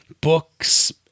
books